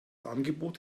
angebot